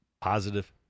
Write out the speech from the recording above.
Positive